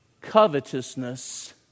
Covetousness